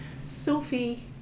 Sophie